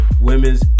women's